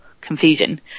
confusion